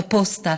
בפוסטה.